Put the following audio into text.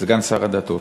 סגן שר הדתות,